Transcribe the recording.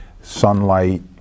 sunlight